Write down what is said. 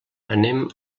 anem